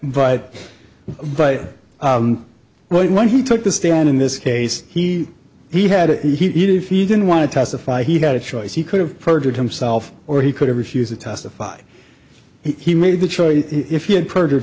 that but but well when he took the stand in this case he he had it he didn't he didn't want to testify he had a choice he could have perjured himself or he could have refused to testify he made the choice if he had perjured